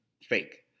fake